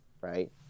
right